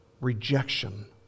rejection